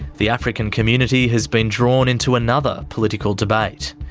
the african community has been drawn into another political debate.